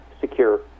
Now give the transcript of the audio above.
secure